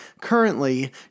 Currently